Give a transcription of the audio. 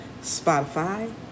Spotify